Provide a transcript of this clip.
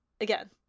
Again